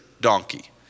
donkey